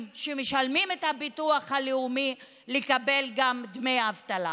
שמשלמים את הביטוח הלאומי לקבל גם דמי אבטלה.